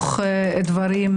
הנקודה השנייה בקשר לתשלומים עצמם,